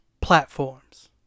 platforms